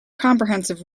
comprehensive